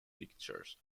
pictures